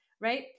right